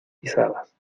pisadas